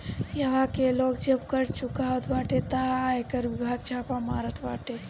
इहवा के लोग जब कर चुरावत बाटे तअ आयकर विभाग छापा मारत हवे